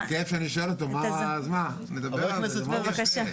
אני שואל אותו מה --- ח"כ פרוש,